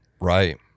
right